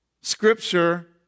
scripture